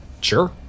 Sure